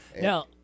Now